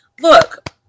look